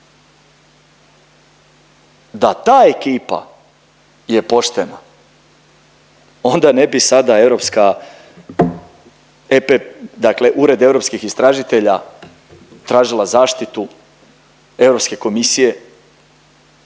Da ta ekipa je poštena onda ne bi sada europska EP… dakle Ured europskih istražitelja tražila zaštitu Europske komisije